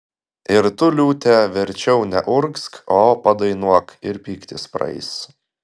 ir tu liūte verčiau neurgzk o padainuok ir pyktis praeis